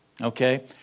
okay